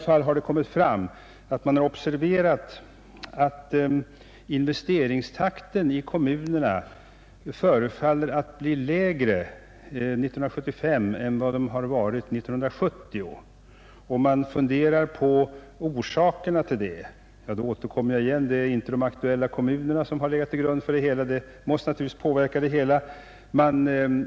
Det har emellertid framkommit att investeringstakten i kommunerna förefaller att bli lägre 1975 än den varit 1970, och man funderar över orsakerna till detta. Inte heller här har man utgått från de aktuella kommunerna och det måste naturligtvis påverka resultatet.